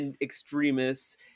extremists